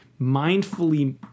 mindfully